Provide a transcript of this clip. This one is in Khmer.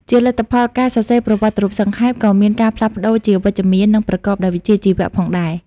ជាលទ្ធផល ការសរសេរប្រវត្តិរូបសង្ខេប ក៏មានការផ្លាស់ប្ដូរជាវិជ្ជមាន និងប្រកបដោយវិជ្ជាជីវៈផងដែរ។